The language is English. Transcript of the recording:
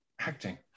acting